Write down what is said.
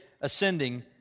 ascending